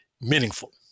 meaningful